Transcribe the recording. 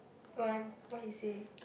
what he say